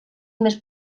més